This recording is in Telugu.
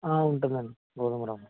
ఉంటుంది అండి గోధుమరవ్వ